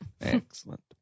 Excellent